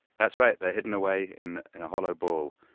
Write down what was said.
that's right. they're hidden away in and a hollow ball.